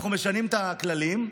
אנחנו משנים את הכללים,